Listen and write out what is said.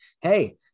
hey